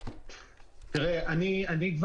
שזה רשות הגז הטבעי, ויבדקו לנו כל דבר.